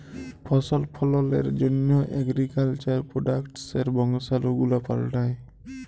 ফসল ফললের জন্হ এগ্রিকালচার প্রডাক্টসের বংশালু গুলা পাল্টাই